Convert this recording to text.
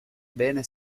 bene